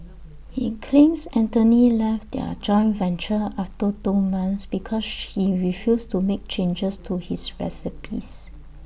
he claims Anthony left their joint venture after two months because he refused to make changes to his recipes